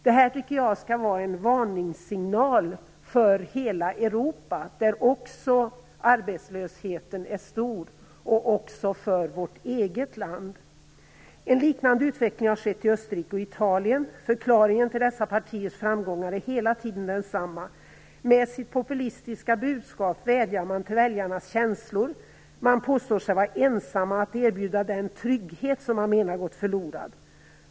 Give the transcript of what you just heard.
Detta tycker jag skall vara en varningssignal för hela Europa, där arbetslösheten är stor, och för vårt eget land. En liknande utveckling har skett i Österrike och Italien. Förklaringen till dessa partiers framgångar är hela tiden densamma - med sitt populistiska budskap vädjar man till väljarnas känslor, man påstår sig vara ensamma om att erbjuda den trygghet som man menar har gått förlorad.